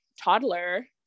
toddler